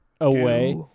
away